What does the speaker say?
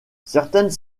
certaines